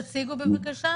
תציגו בבקשה.